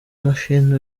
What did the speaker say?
mashini